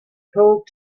called